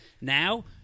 Now